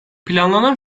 planlanan